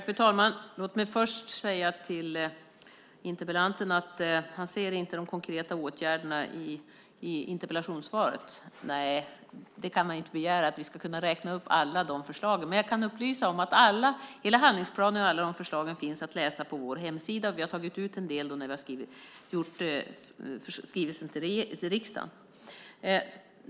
Fru talman! Låt mig först vända mig till interpellanten. Han säger att han inte ser de konkreta åtgärderna i interpellationssvaret. Man kan inte begära att vi ska räkna upp alla de förslagen. Jag kan upplysa om att hela handlingsplanen och alla förslagen finns att läsa på vår hemsida. Vi har tagit ut en del när vi skrivit skrivelsen till riksdagen.